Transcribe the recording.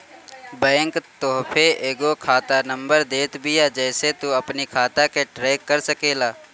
bank तोहके एगो खाता नंबर देत बिया जेसे तू अपनी खाता के ट्रैक कर सकेला